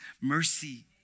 mercy